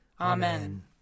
Amen